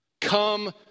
Come